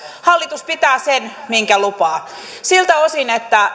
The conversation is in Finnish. hallitus pitää sen minkä lupaa siltä osin että